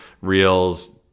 reels